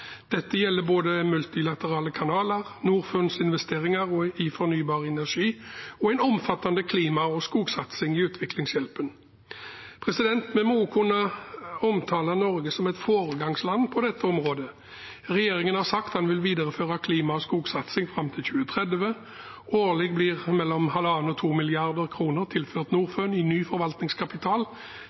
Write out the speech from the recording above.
Dette gjelder både multilaterale kanaler, Norfunds investeringer i fornybar energi og en omfattende klima- og skogsatsing i utviklingshjelpen. Vi må også kunne omtale Norge som et foregangsland på dette området. Regjeringen har sagt at den vil videreføre klima- og skogsatsing fram til 2030. Årlig blir mellom 1,5 og 2 mrd. kr tilført Norfund i ny forvaltningskapital,